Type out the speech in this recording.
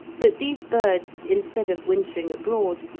that these birds, instead of wintering abroad,